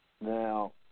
Now